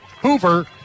Hoover